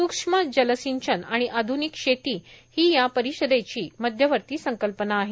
सूक्ष्म जलसिंचन आणि आध्निक शेती ही या परिषदेची मध्यवर्ती संकल्पना आहे